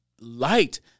light